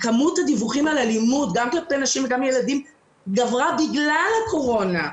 כמות הדיווחים על אלימות גם כלפי נשים וילדים גברה בגלל הקורונה.